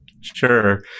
Sure